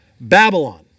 Babylon